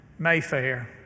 Mayfair